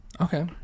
Okay